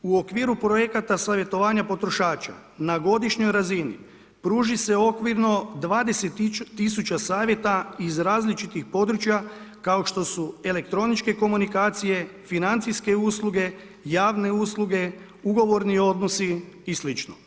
U okviru projekata savjetovanja potrošača na godišnjoj razini pruži se okvirno 20 tisuća savjeta iz različitih područja kao što su elektroničke komunikacije, financijske usluge, javne usluge, ugovorni odnosi i slično.